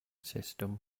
system